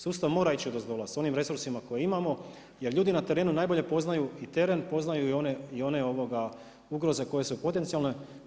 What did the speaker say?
Sustav mora ići odozdola sa onim resursima koje imamo jer ljudi na terenu najbolje poznaju i teren, poznaju i one ugroze koje su potencijalne.